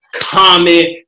comment